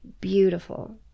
beautiful